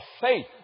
faith